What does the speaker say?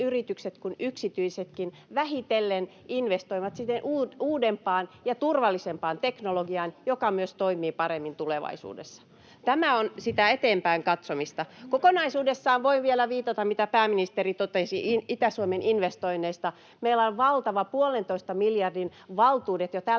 yritykset kuin yksityisetkin vähitellen investoivat sinne uudempaan ja turvallisempaan teknologiaan, joka myös toimii paremmin tulevaisuudessa. Tämä on sitä eteenpäin katsomista. Kokonaisuudessaan voin vielä viitata siihen, mitä pääministeri totesi Itä-Suomen investoinneista. Meillä on valtavat, puolentoista miljardin, valtuudet jo tällä